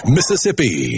Mississippi